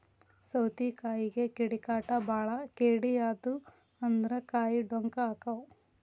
ಸೌತಿಕಾಯಿಗೆ ಕೇಡಿಕಾಟ ಬಾಳ ಕೇಡಿ ಆದು ಅಂದ್ರ ಕಾಯಿ ಡೊಂಕ ಅಕಾವ್